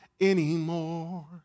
anymore